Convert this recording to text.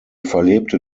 verlebte